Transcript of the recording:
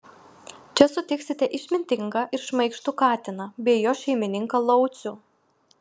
čia sutiksite išmintingą ir šmaikštų katiną bei jo šeimininką laucių